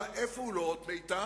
איפה הוא לא אות מתה?